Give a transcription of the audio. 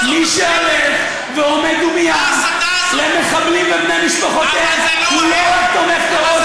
מי שהולך ועומד דומייה למחבלים ובני משפחותיהם הוא לא רק תומך טרור,